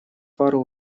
пару